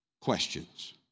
questions